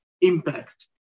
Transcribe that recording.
impact